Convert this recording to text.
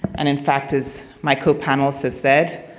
and in fact, as my copanelist has said,